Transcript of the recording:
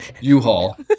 U-Haul